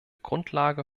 grundlage